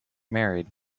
married